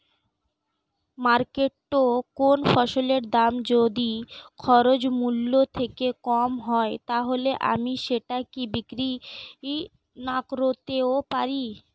মার্কেটৈ কোন ফসলের দাম যদি খরচ মূল্য থেকে কম হয় তাহলে আমি সেটা কি বিক্রি নাকরতেও পারি?